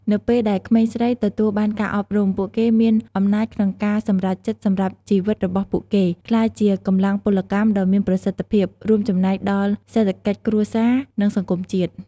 នៅពេលដែលក្មេងស្រីទទួលបានការអប់រំ ពួកគេមានអំណាចក្នុងការសម្រេចចិត្តសម្រាប់ជីវិតរបស់ពួកគេ ក្លាយជាកម្លាំងពលកម្មដ៏មានប្រសិទ្ធភាព រួមចំណែកដល់សេដ្ឋកិច្ចគ្រួសារ និងសង្គមជាតិ។